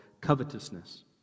covetousness